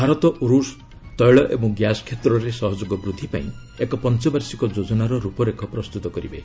ଭାରତ ଓ ରୁଷ୍ ତୈଳ ଏବଂ ଗ୍ୟାସ୍ କ୍ଷେତ୍ରରେ ସହଯୋଗ ବୃଦ୍ଧି ପାଇଁ ଏକ ପଞ୍ଚବାର୍ଷିକ ଯୋଜନାର ରୂପରେଖ ପ୍ରସ୍ତୁତ କରିବେ